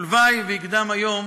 ולוואי שיקדם היום